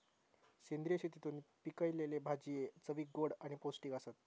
सेंद्रिय शेतीतून पिकयलले भाजये चवीक गोड आणि पौष्टिक आसतत